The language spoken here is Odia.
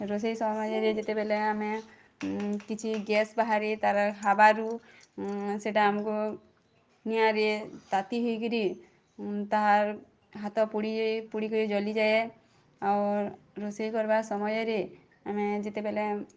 ରୋଷେଇ ସମୟରେ ଯେତେବେଲେ ଆମେ କିଛି ଗ୍ୟାସ୍ ବାହାରେ ତା'ର ହାବାରୁ ସେଟା ଆମ୍କୁ ନିଆଁରେ ତାତି ହେଇକିରି ତାର୍ ହାତ ପୋଡ଼ି ଯାଏ ପୋଡ଼ିକରି ଜଲି ଯାଏ ଆଉ ରୋଷେଇ କରିବା ସମୟରେ ଆମେ ଯେତେବେଲେ